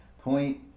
Point